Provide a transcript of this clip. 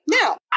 Now